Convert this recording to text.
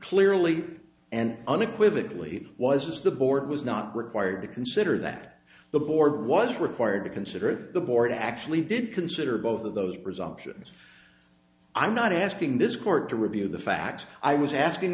clearly and unequivocally was the board was not required to consider that the board was required to consider the board actually did consider both of those presumptions i'm not asking this court to review the fact i was asking